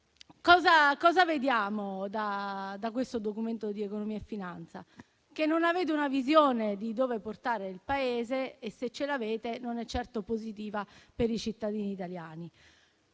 Cosa ricaviamo da questo Documento di economia e finanza? Che non avete una visione per il Paese e, se la avete, non è certo positiva per i cittadini italiani.